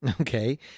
Okay